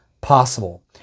possible